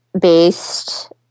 based